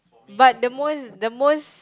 but the most the most